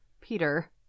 Peter